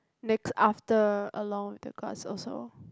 naked after along the glass also